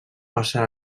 passà